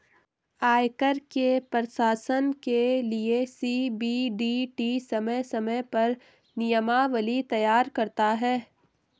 आयकर के प्रशासन के लिये सी.बी.डी.टी समय समय पर नियमावली तैयार करता है